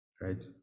Right